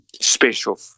special